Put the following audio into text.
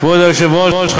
כבוד היושב-ראש,